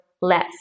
less